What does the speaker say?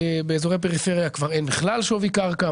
באזורי פריפריה כבר אין בכלל שווי קרקע,